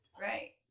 Right